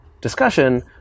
discussion